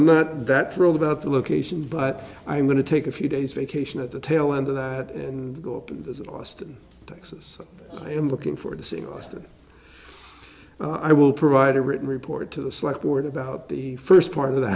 not that thrilled about the location but i am going to take a few days vacation at the tail end of that and go up to austin texas i am looking forward to seeing austin i will provide a written report to the select board about the first part of th